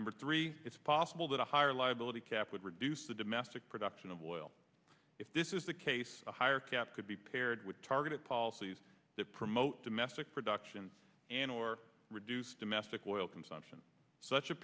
number three it's possible that a higher liability cap would reduce the domestic production of oil if this is the case a higher cap could be paired with targeted policies that promote domestic production and or reduce domestic oil consumption such a